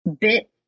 bit